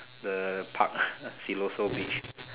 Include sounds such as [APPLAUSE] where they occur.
the park [LAUGHS] Siloso Beach